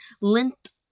Lint